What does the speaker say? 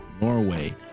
Norway